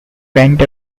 went